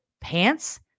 pants